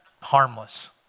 harmless